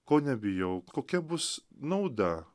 ko nebijau kokia bus nauda